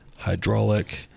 Hydraulic